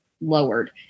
lowered